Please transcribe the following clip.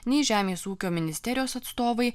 nei žemės ūkio ministerijos atstovai